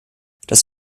das